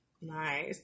Nice